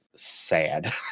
sad